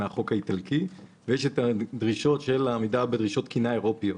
מן החוק האיטלקי ויש דרישות של עמידה בדרישות תקינה אירופאיות.